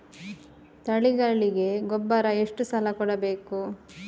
ತಳಿಗಳಿಗೆ ಗೊಬ್ಬರ ಎಷ್ಟು ಸಲ ಕೊಡಬೇಕು?